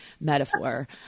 metaphor